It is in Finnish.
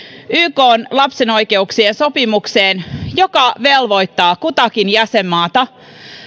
ykn lapsen oikeuksien sopimukseen joka velvoittaa kutakin jäsenmaata